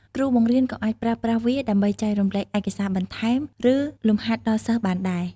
គ្រូបង្រៀនក៏អាចប្រើប្រាស់វាដើម្បីចែករំលែកឯកសារបន្ថែម ឬលំហាត់ដល់សិស្សបានដែរ។